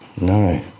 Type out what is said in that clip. no